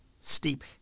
steep